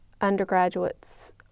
undergraduates